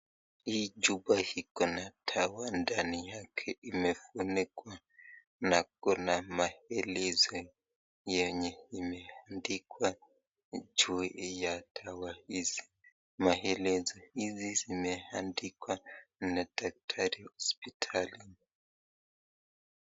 Hii chupa iko na dawa ndani yake na imefunikwa na kuna maelezo yenye imeandikwa juu ya dawa hizi, maelezo hizi zimeandikwa na daktari hospitalini.